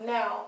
Now